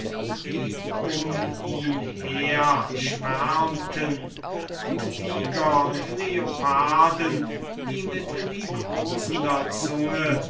die um ihn her schwärmten und tyger und leoparden die mit liebkosender zunge